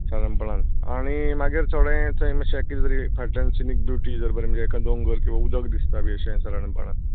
सादारणपणान आनी मागीर थोडें थंय मात्शें कितें तरी फाटल्यान अशें सिनीक ब्युटी जर बरें म्हणजे दोंगर किंवां उदक दिसता तशें सादारणपणान